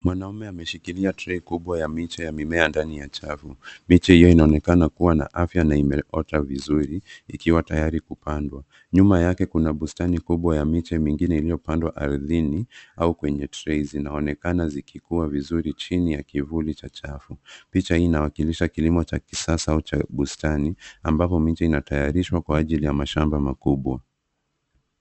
Mwanaume ameshikilia trei kubwa ya miche ya mimea ndani ya chafu. Miche hiyo inaonekana kuwa na afya na imeota vizuri ikiwa tayari kupandwa. Nyuma yake kuna bustani kubwa ya miche mingine iliyopandwa ardhini au kwenye trei zinaonekana zikikua vizuri chini ya kivuli cha chafu. Picha hii inawakilisha kilimo cha kisasa au cha bustani ambapo miche inatayarishwa kwa ajili ya mashamba makubwa.